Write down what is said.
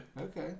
Okay